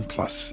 Plus